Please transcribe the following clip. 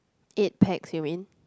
eight packs you mean